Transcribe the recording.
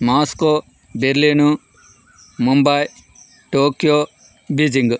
Moscow Berlin Mumbai Tokyo Beijing